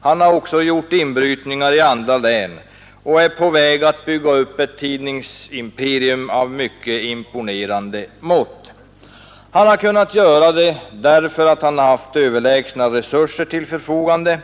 Han har alltså också gjort inbrytningar i andra län och är på väg att bygga upp ett tidningsimperium av mycket imponerande mått. Det har han kunnat göra därför att han haft överlägsna resurser till förfogande.